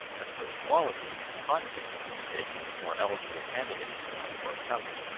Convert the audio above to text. as for their quality, convicts could be taken if more eligible candidates were not forthcoming.